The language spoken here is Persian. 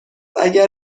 اگر